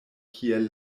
kiel